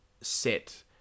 Set